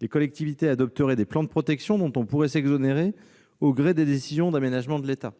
les collectivités adopteraient des plans de protection dont on pourrait s'exonérer, au gré des décisions d'aménagement de l'État.